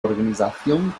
organización